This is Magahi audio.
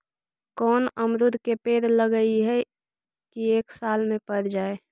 कोन अमरुद के पेड़ लगइयै कि एक साल में पर जाएं?